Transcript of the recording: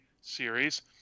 series